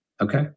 Okay